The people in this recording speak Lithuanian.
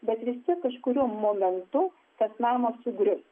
bet vis tiek kažkuriuo momentu tas namas sugrius